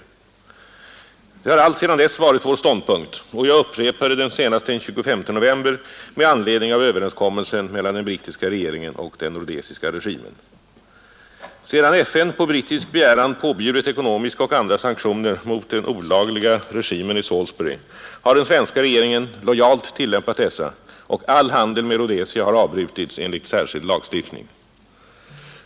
Detta har alltsedan dess varit vår ståndpunkt, och jag upprepade det senast den 25 november med anledning av överenskommelsen mellan den brittiska regeringen och den rhodesiska regimen. Sedan FN på brittisk begäran påbjudit ekonomiska och andra sanktioner mot den olagliga regimen i Salisbury har den svenska regeringen lojalt tillämpat dessa, och all handel med Rhodesia har avbrutits enligt särskild lagstiftning.